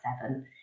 seven